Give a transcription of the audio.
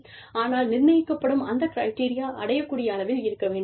ஆனால் நிர்ணயிக்கப்படும் அந்த கிரிட்டெரியா அடையக் கூடிய அளவில் இருக்க வேண்டும்